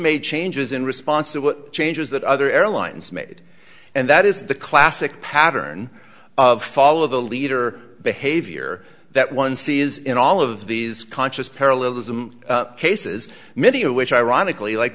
made changes in response to what changes that other airlines made and that is the classic pattern of follow the leader behavior that one sees in all of these conscious parallelism cases many of which ironically like